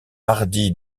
hardy